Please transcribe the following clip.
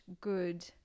good